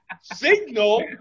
signal